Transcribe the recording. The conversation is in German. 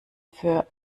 für